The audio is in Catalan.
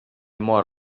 mor